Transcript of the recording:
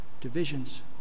divisions